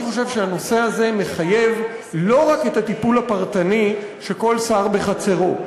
אני חושב שהנושא הזה מחייב לא רק את הטיפול הפרטני של כל שר בחצרו,